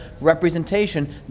representation